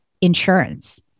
insurance